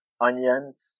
onions